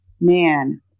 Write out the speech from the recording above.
Man